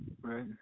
right